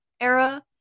era